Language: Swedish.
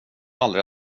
aldrig